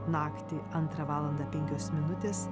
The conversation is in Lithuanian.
naktį antrą valandą penkios minutės